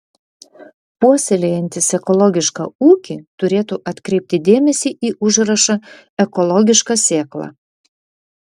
puoselėjantys ekologišką ūkį turėtų atkreipti dėmesį į užrašą ekologiška sėkla